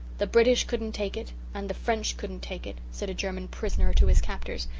the british couldn't take it and the french couldn't take it, said a german prisoner to his captors,